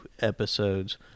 episodes